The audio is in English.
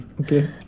Okay